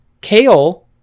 kale